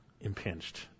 impinged